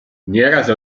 nieraz